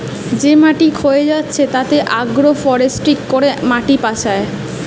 যে মাটি ক্ষয়ে যাচ্ছে তাতে আগ্রো ফরেষ্ট্রী করে মাটি বাঁচায়